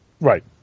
Right